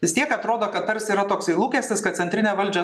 vis tiek atrodo kad tarsi yra toksai lūkestis kad centrinė valdžia